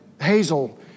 Hazel